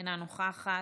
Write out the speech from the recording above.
אינה נוכחת.